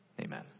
Amen